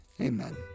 Amen